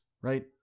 right